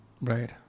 Right